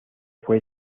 fue